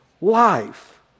life